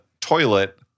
toilet